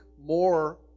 more